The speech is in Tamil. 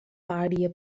பாடிய